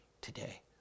today